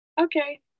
Okay